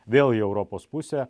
vėl į europos pusę